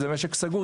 זה משק סגור,